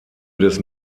des